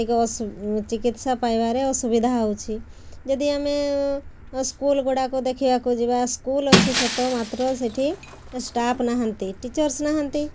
ଟିକେ ଅସୁ ଚିକିତ୍ସା ପାଇବାରେ ଅସୁବିଧା ହଉଛି ଯଦି ଆମେ ସ୍କୁଲ୍ ଗୁଡ଼ାକ ଦେଖିବାକୁ ଯିବା ସ୍କୁଲ୍ ଅଛି ସତ ମାତ୍ର ସେଇଠି ଷ୍ଟାପ୍ ନାହାଁନ୍ତି ଟିଚର୍ସ୍ ନାହାଁନ୍ତି